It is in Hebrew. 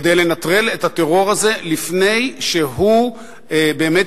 כדי לנטרל את הטרור הזה לפי שהוא באמת